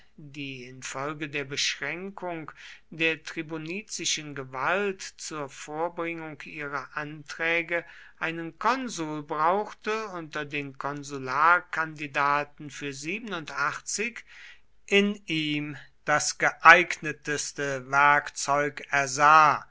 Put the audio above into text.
die infolge der beschränkung der tribunizischen gewalt zur vorbringung ihrer anträge einen konsul brauchte unter den konsularkandidaten für in ihm das geeignetste werkzeug ersah